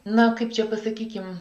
na kaip čia pasakykim